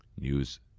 News